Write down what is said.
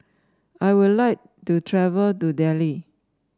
I would like to travel to Dili